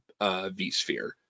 vSphere